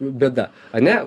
bėda ane